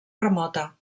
remota